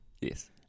Yes